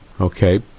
Okay